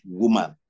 woman